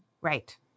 Right